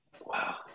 Wow